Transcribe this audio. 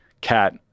cat